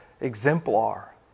exemplar